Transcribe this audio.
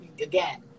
again